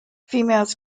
females